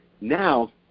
Now